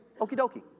okie-dokie